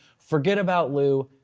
forget about lou,